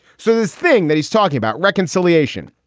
so this thing that he's talking about, reconciliation,